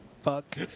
fuck